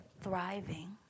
thriving